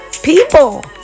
people